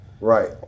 right